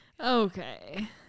Okay